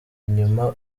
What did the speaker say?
inyuma